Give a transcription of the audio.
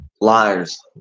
liars